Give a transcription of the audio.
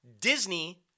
Disney